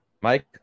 Mike